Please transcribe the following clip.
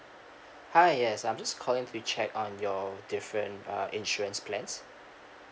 hi yes I'm just calling to check on your different uh insurance plans